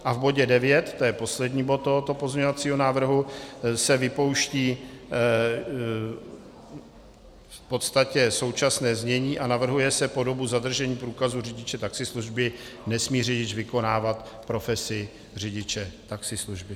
A v bodě devět, to je poslední bod tohoto pozměňovacího návrhu, se vypouští současné znění a navrhuje se po dobu zadržení průkazu řidiče taxislužby nesmí řidič vykonávat profesi řidiče taxislužby.